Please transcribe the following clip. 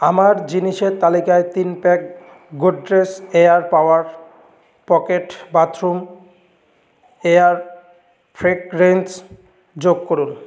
আমার জিনিসের তালিকায় তিন pack Godrej air power pocket bathroom air fragrance যোগ করুন